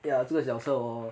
对啊这个脚车 hor